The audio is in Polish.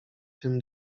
tym